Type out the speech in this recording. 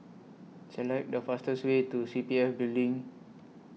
Select The fastest Way to C P F Building